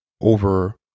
over